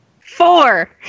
Four